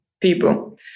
people